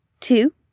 two